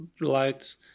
lights